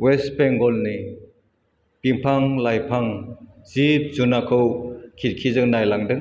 west बेंगलनि बिफां लाइफां जिब जुनाखौ खिरखिजों नायलांदों